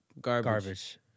Garbage